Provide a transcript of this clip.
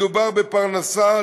מדובר בפרנסה,